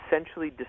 essentially